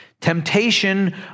Temptation